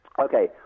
okay